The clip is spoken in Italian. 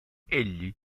egli